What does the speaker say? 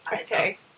Okay